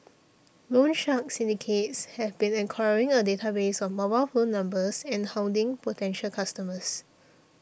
loan shark syndicates have been acquiring a database of mobile phone numbers and hounding potential customers